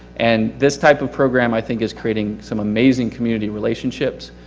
and this type of program, i think is creating some amazing community relationships.